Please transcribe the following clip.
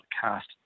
cast